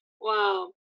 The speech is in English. Wow